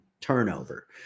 turnover